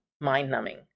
mind-numbing